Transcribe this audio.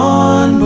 on